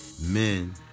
men